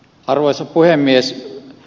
arvoisa puhemies